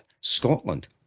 Scotland